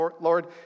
Lord